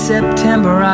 September